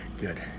Good